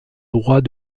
droit